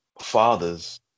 fathers